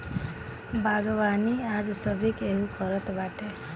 बागवानी आज सभे केहू करत बाटे